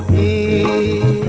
e